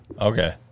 Okay